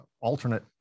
alternate